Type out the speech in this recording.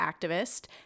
activist